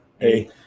Hey